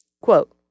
Quote